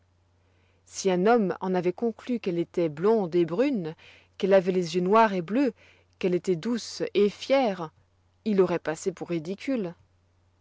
si un homme en avoit conclu qu'elle étoit blonde et brune qu'elle avoit les yeux noirs et bleus qu'elle étoit douce et fière il auroit passé pour ridicule